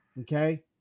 okay